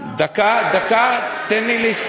אתה בעצמך אמרת, דקה, דקה, תן לי.